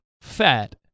fat